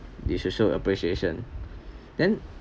they should show appreciation then